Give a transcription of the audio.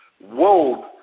world